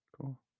Cool